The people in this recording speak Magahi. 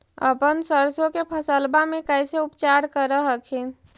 अपन सरसो के फसल्बा मे कैसे उपचार कर हखिन?